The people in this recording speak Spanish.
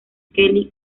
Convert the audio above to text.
kelly